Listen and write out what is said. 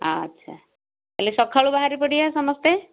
ଆଚ୍ଛା କାଲି ସକାଳୁ ବାହାରି ପଡ଼ିବା ସମସ୍ତେ